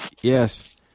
yes